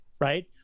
right